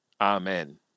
Amen